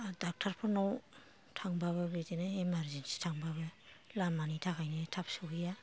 आरो डाक्टारफोरनाव थांबाबो बिदिनो इमारजिनसि थांबाबो लामानि थाखायनो थाब सौहैया